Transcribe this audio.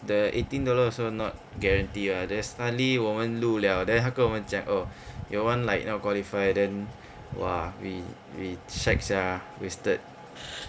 the eighteen dollar also not guarantee [what] then sekali 我们录 liao then 他跟我们讲 oh your [one] like not qualified then !wah! we we shag sia wasted